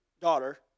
daughter